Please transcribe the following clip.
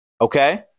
Okay